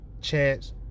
chance